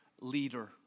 leader